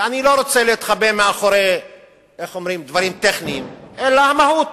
ואני לא רוצה להתחבא מאחורי דברים טכניים אלא מהות,